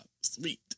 sweet